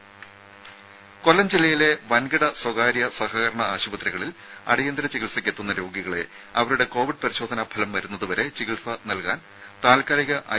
രുമ കൊല്ലം ജില്ലയിലെ വൻകിട സ്വകാര്യ സഹകരണ ആശുപത്രികളിൽ അടിയന്തര ചികിത്സക്കെത്തുന്ന രോഗികളെ അവരുടെ കോവിഡ് പരിശോധനാ ഫലം വരുന്നതുവരെ ചികിത്സ നൽകാൻ താൽക്കാലിക ഐ